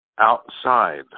outside